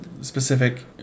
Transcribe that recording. specific